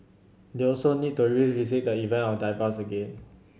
they also need to revisit the event of divorce again